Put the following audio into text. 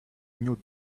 new